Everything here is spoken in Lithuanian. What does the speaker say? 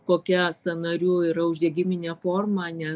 kokia sąnarių yra uždegiminė forma ne